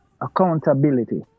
accountability